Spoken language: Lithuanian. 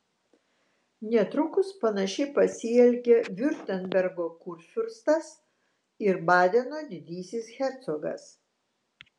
netrukus panašiai pasielgė viurtembergo kurfiurstas ir badeno didysis hercogas